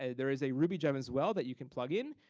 ah there is a ruby gem as well that you can plug in.